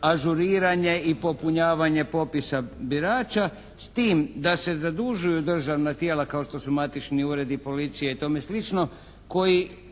ažuriranje i popunjavanje popisa birača s tim da se zadužuju državna tijela kao što su matični uredi, policije i tome sl. koji